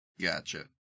Gotcha